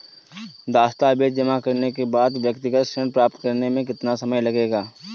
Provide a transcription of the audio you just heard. दस्तावेज़ जमा करने के बाद व्यक्तिगत ऋण प्राप्त करने में कितना समय लगेगा?